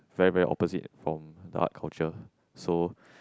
very very opposite from the art culture so